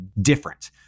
different